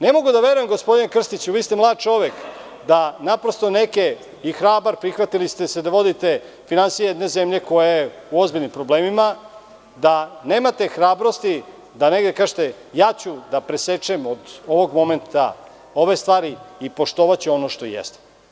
Ne mogu da verujem gospodine Krstiću, vi ste mlad čovek i hrabar, prihvatili ste se da vodite finansije jedne zemlje koja je u ozbiljnim problemima da naprosto nemate hrabrosti da kažete – ja ću da presečem od ovog momenta ove stvari i poštovaću ono što jeste.